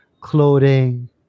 clothing